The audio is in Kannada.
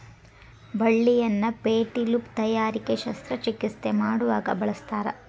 ಬಳ್ಳಿಯನ್ನ ಪೇಟಿಲು ತಯಾರಿಕೆ ಶಸ್ತ್ರ ಚಿಕಿತ್ಸೆ ಮಾಡುವಾಗ ಬಳಸ್ತಾರ